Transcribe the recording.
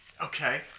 Okay